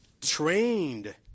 trained